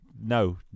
No